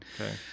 okay